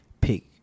pick